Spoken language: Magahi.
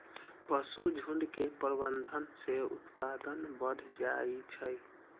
पशुझुण्ड के प्रबंधन से उत्पादन बढ़ जाइ छइ